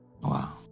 Wow